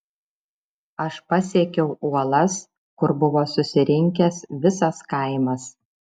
aš pasiekiau uolas kur buvo susirinkęs visas kaimas